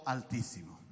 Altísimo